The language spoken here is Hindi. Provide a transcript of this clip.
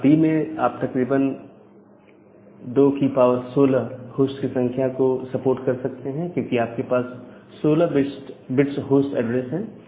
क्लास B में आप तकरीबन 2 16 होस्ट की संख्या को सपोर्ट कर सकते हैं क्योंकि आपके पास 16 बिट्स होस्ट एड्रेस है